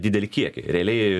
didelį kiekį realiai